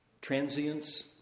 transience